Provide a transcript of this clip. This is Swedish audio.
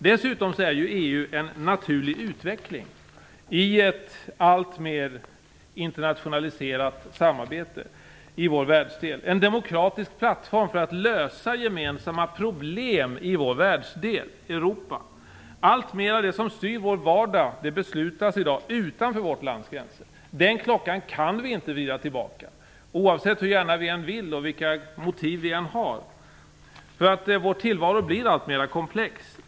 Dessutom är EU en naturlig utveckling i ett alltmer internationaliserat samarbete i vår världsdel och en demokratisk plattform för att lösa gemensamma problem i vår världsdel Europa. Alltmer av det som styr vår vardag beslutas i dag utanför vårt lands gränser. Den klockan kan vi inte vrida tillbaka, oavsett hur gärna vi än vill och vilka motiv vi än har, för vår tillvaro blir alltmer komplex.